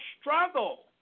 struggle